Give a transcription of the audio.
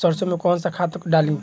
सरसो में कवन सा खाद डाली?